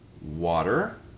water